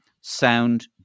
sound